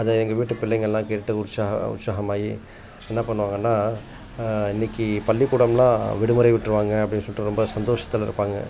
அதை எங்கள் வீட்டுப் பிள்ளைங்களெல்லாம் கேட்டு உற்சா உற்சாகம் ஆகி என்ன பண்ணுவாங்கன்னால் இன்னைக்கு பள்ளிக்கூடமெல்லாம் விடுமுறை விட்டுருவாங்க அப்படினு சொல்லிட்டு ரொம்ப சந்தோஷத்தில் இருப்பாங்க